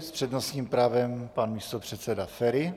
S přednostním právem pan místopředseda Feri.